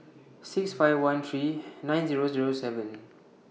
six five one three nine Zero Zero seven